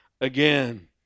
again